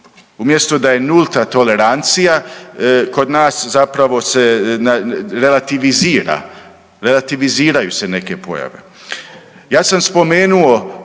Umjesto da je nulta tolerancija, kod nas zapravo se relativizira, relativiziraju se neke pojave. Ja sam spomenuo